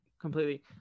Completely